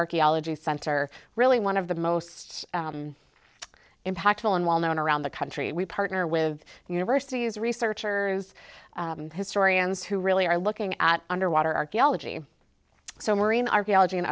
archaeology center really one of the most impactful and well known around the country we partner with universities researchers historians who really are looking at underwater archaeology so marine archaeology and